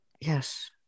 Yes